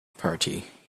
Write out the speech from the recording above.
party